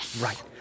Right